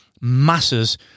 masses